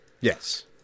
Yes